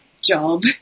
job